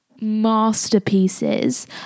masterpieces